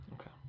Okay